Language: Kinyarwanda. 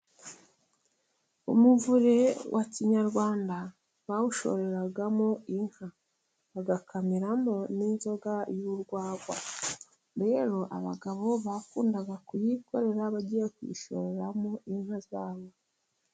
Umuvure wa kinyarwanda bawushoreramo inka. Bagakamiramo n'inzoga y'urwagwa. Rero abagabo bakunda kuyikorera bagiye kuyishoreramo inka zabo.